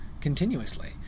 continuously